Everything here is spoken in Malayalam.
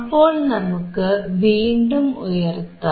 അപ്പോൾ നമുക്ക് വീണ്ടും ഉയർത്താം